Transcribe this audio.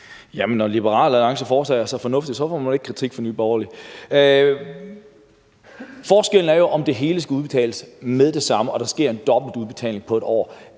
når Liberal Alliance foretager sig noget fornuftigt, får de ikke kritik fra Nye Borgerlige. Forskellen ligger jo i, om det hele skal udbetales med det samme, og der sker en dobbeltudbetaling på 1 år,